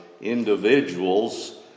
individuals